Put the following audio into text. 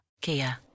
Kia